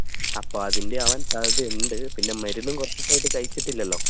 അപ്പോള് അതിൻ്റെയാവാൻ സാധ്യതയുണ്ട് പിന്നെ മരുന്നും കുറച്ചു ദിവസമായിട്ട് കഴിച്ചിട്ടില്ലല്ലോ